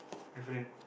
my friend